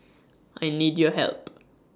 I need your help